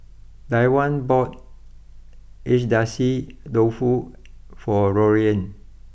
Dione bought Agedashi Dofu for Lorraine